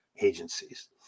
agencies